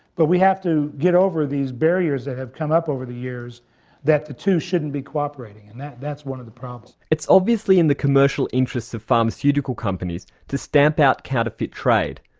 but we have to get over these barriers that have come up over the years that the two shouldn't be co-operating, and that's one of the problems. it's obviously in the commercial interests of pharmaceutical companies to stamp out counterfeit trade.